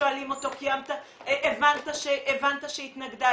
שואלים אותו: "האם הבנת שהיא התנגדה?",